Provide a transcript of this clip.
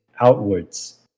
outwards